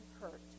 hurt